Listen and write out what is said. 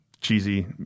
cheesy